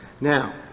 Now